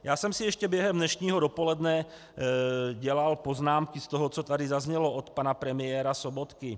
Já jsem si ještě během dnešního dopoledne dělal poznámky z toho, co tady zaznělo od pana premiéra Sobotky.